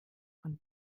von